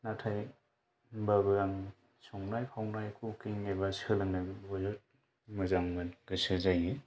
नाथाय होमब्लाबो आं संनाय खावनाय कुकिं एबा सोलोंनो मोजां मोनो गोसो जायो